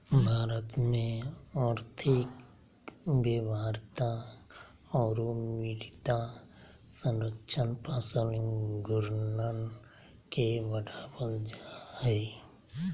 भारत में और्थिक व्यवहार्यता औरो मृदा संरक्षण फसल घूर्णन के बढ़ाबल जा हइ